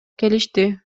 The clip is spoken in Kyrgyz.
келишти